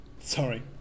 Sorry